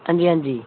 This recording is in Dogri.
हंजी हंजी